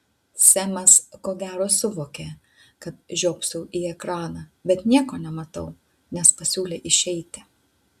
semas ko gero suvokė kad žiopsau į ekraną bet nieko nematau nes pasiūlė išeiti